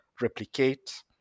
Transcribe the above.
replicate